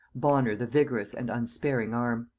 bonner the vigorous and unsparing arm.